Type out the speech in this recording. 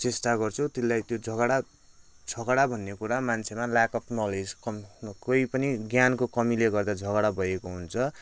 चेष्टा गर्छु त्यसलाई त्यो झगडा झगडा भन्ने कुरा मान्छेमा ल्याक अफ नलेज कम कोही पनि ज्ञानको कमिले गर्दा झगडा भएको हुन्छ